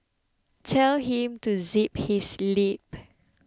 tell him to zip his lip